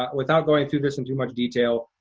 without going through this in too much detail,